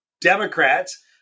Democrats